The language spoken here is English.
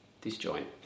disjoint